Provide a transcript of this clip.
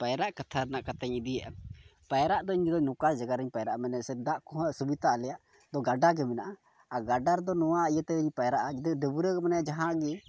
ᱯᱟᱭᱨᱟᱜ ᱠᱟᱛᱷᱟ ᱨᱮᱱᱟᱜ ᱠᱟᱛᱷᱟᱧ ᱤᱫᱤᱭᱟ ᱯᱟᱭᱨᱟᱜ ᱫᱚ ᱤᱧᱫᱚ ᱱᱚᱝᱠᱟ ᱡᱟᱭᱜᱟ ᱨᱮᱧ ᱯᱟᱭᱨᱟᱜᱼᱟ ᱢᱟᱱᱮ ᱫᱟᱜ ᱠᱚᱨᱮᱱᱟᱜ ᱥᱩᱵᱤᱫᱷᱟ ᱫᱚ ᱟᱞᱮᱭᱟᱜ ᱜᱟᱰᱟ ᱜᱮ ᱢᱮᱱᱟᱜᱼᱟ ᱟᱨ ᱜᱟᱰᱟ ᱨᱮᱫᱚ ᱱᱚᱣᱟ ᱤᱭᱟᱹ ᱛᱤᱧ ᱯᱟᱭᱨᱟᱜᱼᱟ ᱡᱩᱫᱤ ᱰᱟᱹᱵᱽᱨᱟᱹ ᱜᱮ ᱡᱟᱦᱟᱸ ᱜᱮ